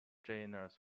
genus